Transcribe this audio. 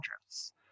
address